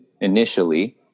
initially